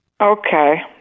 Okay